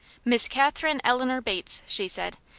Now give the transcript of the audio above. miss katherine eleanor bates, she said.